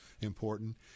important